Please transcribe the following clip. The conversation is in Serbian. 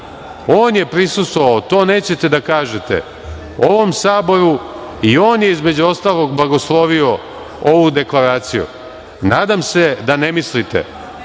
On je prisustvovao, to nećete da kažete, ovom Saboru i on je, između ostalog, blagoslovio ovu Deklaraciju. Nadam se da ne mislite